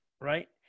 Right